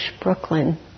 Brooklyn